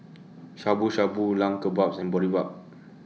Shabu Shabu Lamb Kebabs and Boribap